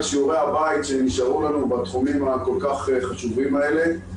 שיעורי הבית שנשארו לנו בתחומים הכל כך חשובים האלה.